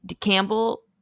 Campbell